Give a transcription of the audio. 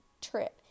trip